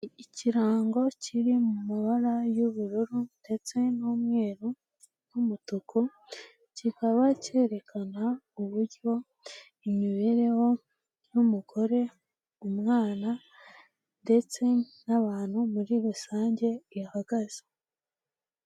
Ikirango kiri mu mabara y'ubururu ndetse n'umweru n'umutuku, kikaba cyerekana uburyo imibereho y'umugore, umwana ndetse n'abantu muri rusange ihagaze.